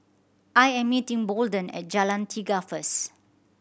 I am meeting Bolden at Jalan Tiga first